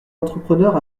entrepreneurs